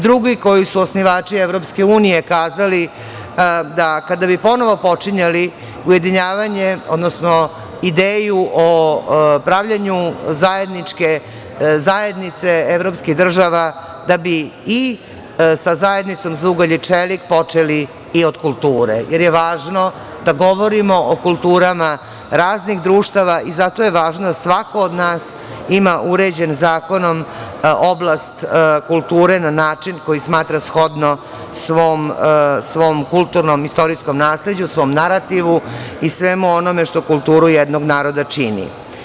Drugi, osnivači EU su kazali da kada bi ponovo počinjali ujedinjavanje, odnosno ideju o pravljenju zajedničke zajednice evropskih država da bi i sa zajednicom za ugalj i čelik počeli i od kulture, jer je važno da govorimo o kulturama raznih društava i zato je važno da svako od nas ima uređenu oblast kulture zakonom na način koji smatra shodno svom kulturno-istorijskom nasleđu, svom narativu i svemu onome što kulturu jednog naroda čini.